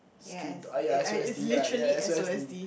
street ah ya S_O_S_D ya ya S_O_S_D